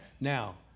now